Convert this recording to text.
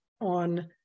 on